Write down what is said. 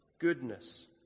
goodness